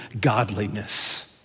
godliness